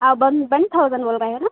आप one one thousand बोल रहे हो ना